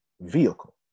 vehicle